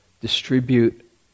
distribute